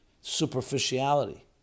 superficiality